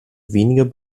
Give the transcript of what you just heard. weniger